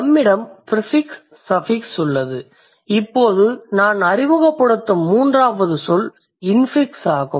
நம்மிடம் prefix suffix உள்ளது இப்போது நான் அறிமுகப்படுத்தும் மூன்றாவது சொல் இன்ஃபிக்ஸ் ஆகும்